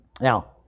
Now